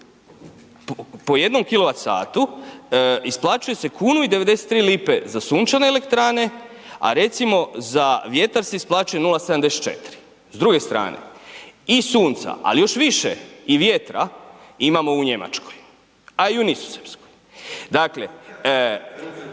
po jednom kWh isplaćuje se 1,93kn za sunčane elektrane a recimo za vjetar se isplaćuje 0,74kn. S druge strane, iz sunca, ali još više i vjetra imamo u Njemačkoj a i u Nizozemskoj.